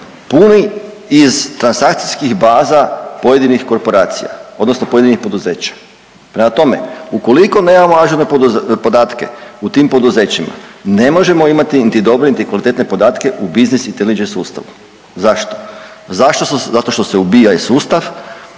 puni iz transakcijskih baza pojedinih korporacija odnosno pojedinih poduzeća. Prema tome, ukoliko nemamo ažurne podatke u tim poduzećima ne možemo imati niti dobre, niti kvalitetne podatke u biznis inteligent sustav. Zašto? Zato što se ubija i sustav,